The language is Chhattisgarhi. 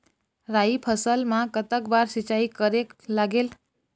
राई फसल मा कतक बार सिचाई करेक लागेल?